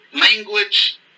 language